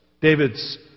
David's